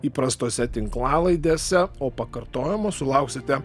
įprastose tinklalaidėse o pakartojimo sulauksite